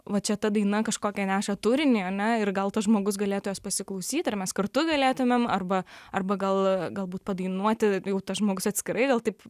va čia ta daina kažkokia neša turinį ane ir gal tas žmogus galėtų jos pasiklausyti ir mes kartu galėtumėm arba arba gal galbūt padainuoti jau tas žmogus atskirai gal taip